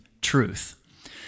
truth